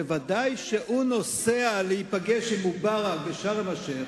כשהוא נוסע להיפגש עם מובארק בשארם-א-שיח',